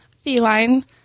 feline